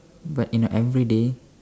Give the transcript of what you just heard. but in everyday